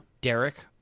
Derek